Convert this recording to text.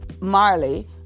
marley